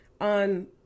on